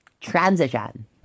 Transition